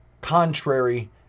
Contrary